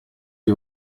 dei